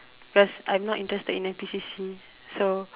cause I'm not interested in N_P_C_C so